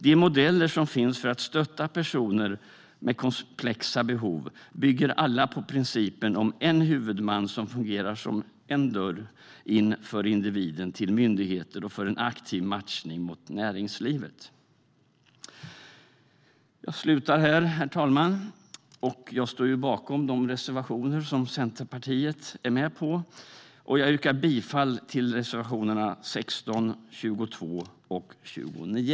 De modeller som finns för att stötta personer med komplexa behov bygger alla på principen om en huvudman som fungerar som en dörr in för individen till myndigheter och för en aktiv matchning mot näringslivet. Jag slutar här, herr talman. Jag står bakom de reservationer som Centerpartiet är med på, och jag yrkar bifall till reservationerna 16, 22 och 29.